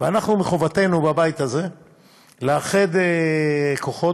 ואנחנו, מחובתנו בבית הזה לאחד כוחות,